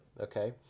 okay